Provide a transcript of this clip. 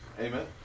Amen